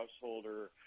Householder